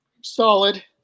Solid